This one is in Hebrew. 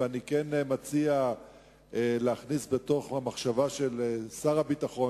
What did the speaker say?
ואני כן מציע להכניס בתוך המחשבה של שר הביטחון,